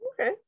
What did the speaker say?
Okay